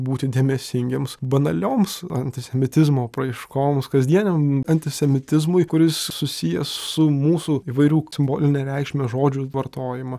būti dėmesingiems banalioms antisemitizmo apraiškoms kasdieniam antisemitizmui kuris susijęs su mūsų įvairių simboline reikšme žodžių vartojimą